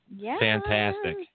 Fantastic